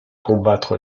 combattre